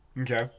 Okay